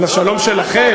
על השלום שלכם?